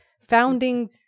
Founding